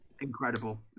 incredible